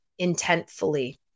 intentfully